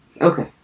Okay